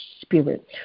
spirit